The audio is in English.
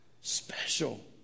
special